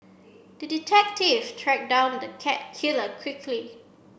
the detective tracked down the cat killer quickly